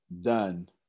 done